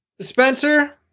Spencer